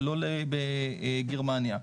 ולא לגרמניה.